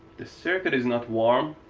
the circuit is not warm.